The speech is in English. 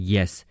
Yes